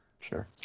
sure